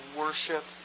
worship